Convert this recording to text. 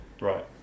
right